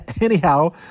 anyhow